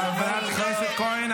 חברת הכנסת כהן.